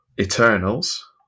Eternals